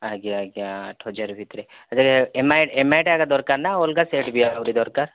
ଆଜ୍ଞା ଆଜ୍ଞା ଆଠ ହଜାର ଭିତରେ ଆଛା ଏମ୍ଆଇଟା ଏକା ଦରକାର ନା ଅଲଗା ସେଟ୍ବି ଆହୁରି ଦରକାର